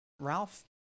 Ralph